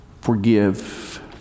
forgive